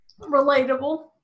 Relatable